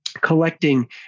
collecting